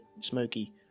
smoky